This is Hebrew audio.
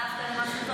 החלפת למשהו טוב?